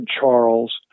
Charles